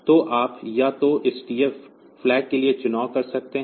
तो आप या तो इस TF फ्लैग के लिए चुनाव कर सकते हैं